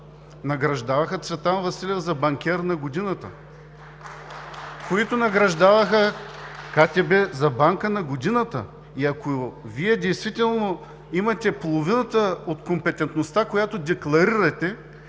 които награждаваха КТБ за банка на годината. Ако Вие действително имате половината от компетентността, която декларирате,